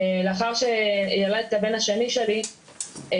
לאחר שילדתי את הבן השני שלי רועי,